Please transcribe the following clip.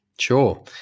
Sure